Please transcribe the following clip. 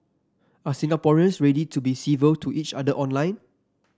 are Singaporeans ready to be civil to each other online